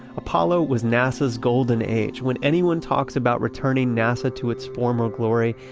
apollo was nasa's golden age. when anyone talks about returning nasa to its former glory,